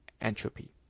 entropy